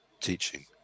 teaching